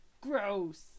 gross